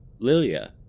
Lilia